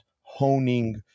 honing